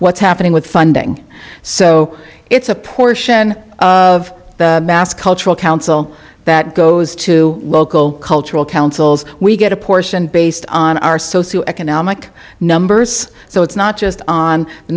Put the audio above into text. what's happening with funding so it's a portion of the mass cultural council that goes to local cultural councils we get a portion based on our socio economic numbers so it's not just on the